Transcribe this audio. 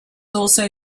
also